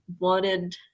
wanted